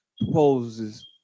proposes